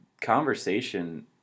conversation